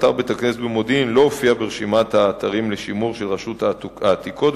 אתר בית-הכנסת במודיעין לא הופיע ברשימת האתרים לשימור של רשות העתיקות,